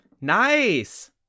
Nice